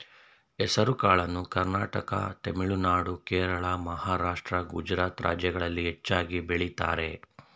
ಹೆಸರುಕಾಳನ್ನು ಕರ್ನಾಟಕ ತಮಿಳುನಾಡು, ಕೇರಳ, ಮಹಾರಾಷ್ಟ್ರ, ಗುಜರಾತ್ ರಾಜ್ಯಗಳಲ್ಲಿ ಹೆಚ್ಚಾಗಿ ಬೆಳಿತರೆ